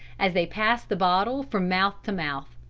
as they passed the bottle from mouth to mouth.